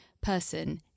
person